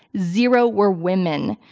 zero were women.